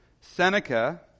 Seneca